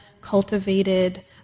cultivated